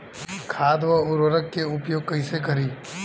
खाद व उर्वरक के उपयोग कइसे करी?